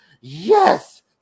yes